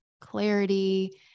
clarity